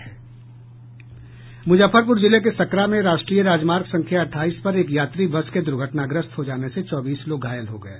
मुजफ्फरपुर जिले के सकरा में राष्ट्रीय राजमार्ग संख्या अट्ठाईस पर एक यात्री बस के दुर्घटनाग्रस्त हो जाने से चौबीस लोग घायल हो गये